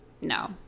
no